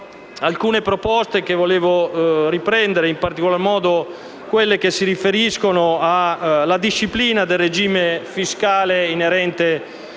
alcune proposte che volevo riprendere, in particolar modo quelle che si riferiscono alla disciplina del regime fiscale inerente le